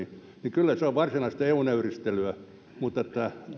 kyllä on varsinaista eu nöyristelyä mutta